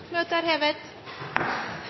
Møtet er hevet.